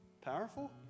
powerful